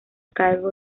cargo